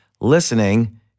listening